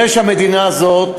זה שהמדינה הזאת